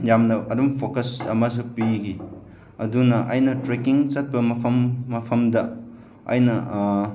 ꯌꯥꯝꯅ ꯑꯗꯨꯝ ꯐꯣꯀꯁ ꯑꯃꯁꯨ ꯄꯤꯔꯤ ꯑꯗꯨꯅ ꯑꯩꯅ ꯇ꯭ꯔꯦꯛꯀꯤꯡ ꯆꯠꯄ ꯃꯐꯝ ꯃꯐꯝꯗ ꯑꯩꯅ